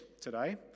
today